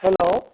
hello